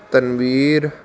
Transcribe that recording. Tanveer